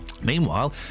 Meanwhile